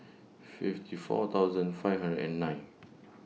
fifty four thousand five hundred and nine